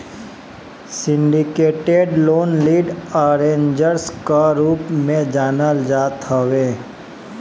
syndicated loan lead arrangers कअ रूप में जानल जात हवे